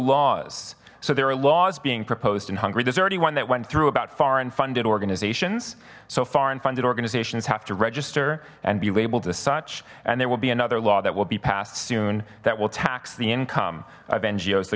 laws so there are laws being proposed in hungry there's already one that went through about foreign funded organizations so foreign funded organizations have to register and be labeled as such and there will be another law that will be passed soon that will tax the income of ngos the